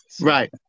right